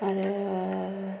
आरो